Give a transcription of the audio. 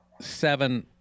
seven